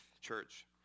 church